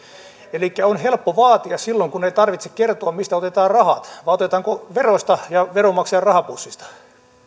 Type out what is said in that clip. elikkä on helppo vaatia silloin kun ei tarvitse kertoa mistä otetaan rahat otetaanko ne veroista ja veronmaksajan rahapussista